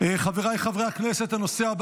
בקריאה הראשונה,